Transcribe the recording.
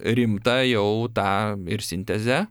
rimtą jau tą ir sintezę